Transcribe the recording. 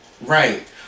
Right